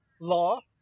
law